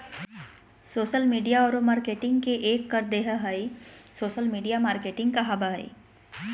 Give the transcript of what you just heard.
social media औरो marketing के एक कर देह हइ सोशल मिडिया मार्केटिंग कहाबय हइ